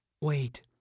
Wait